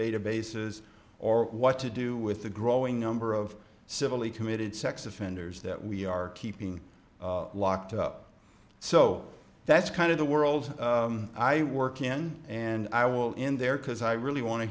databases or what to do with the growing number of civilly committed sex offenders that we are keeping locked up so that's kind of the world i work in and i will in there because i really want to